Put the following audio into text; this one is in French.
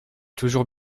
toujours